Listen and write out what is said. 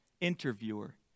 interviewer